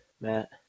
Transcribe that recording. Matt